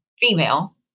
female